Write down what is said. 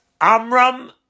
Amram